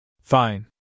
Fine